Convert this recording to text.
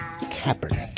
Kaepernick